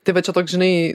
tai va čia toks žinai